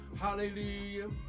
Hallelujah